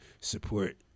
support